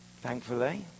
Thankfully